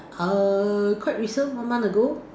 err quite recent one month ago